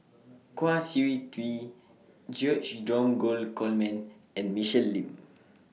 Kwa Siew Tee George Dromgold Coleman and Michelle Lim